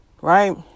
right